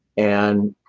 and